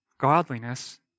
godliness